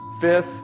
fifth